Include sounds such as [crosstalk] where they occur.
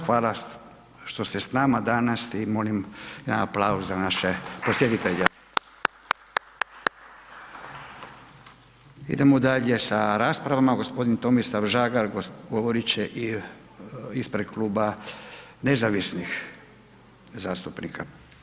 Hvala što ste s nama danas i molim jedan aplauz za naše posjetitelje. [applause] Idemo dalje sa raspravom a gospodin Tomislav Žagar govoriti će ispred kluba Nezavisnih zastupnika.